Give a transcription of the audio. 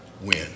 win